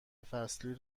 فصلی